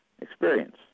experience